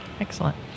excellent